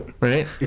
right